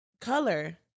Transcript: color